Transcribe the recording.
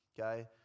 okay